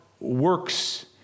works